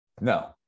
no